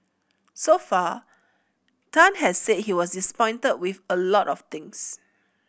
so far Tan has said he was disappointed with a lot of things